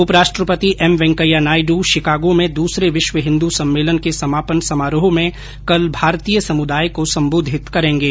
उपराष्ट्रपति M Venkaiah Naidu Chicago में दूसरे विश्व हिंदू सम्मेलन के समापन समारोह में कल भारतीय समुदाय को सम्बोधित करेंगे